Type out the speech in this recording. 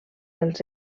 els